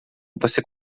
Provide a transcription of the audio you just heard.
você